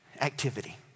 activity